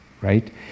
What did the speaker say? right